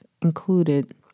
included